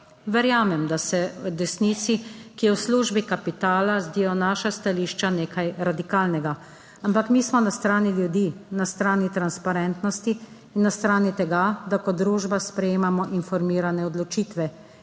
Verjamem, da se desnici, ki je v službi kapitala, zdijo naša stališča nekaj radikalnega, ampak mi smo na strani ljudi, na strani transparentnosti in na strani tega, da kot družba sprejemamo informirane odločitve.